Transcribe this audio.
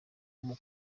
uwo